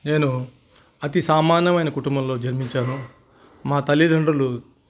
నేను అతి సామాన్యమైన కుటుంబంలో జన్మించాను మా తల్లిదండ్రులు